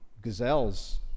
gazelles